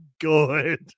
good